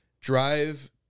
Drive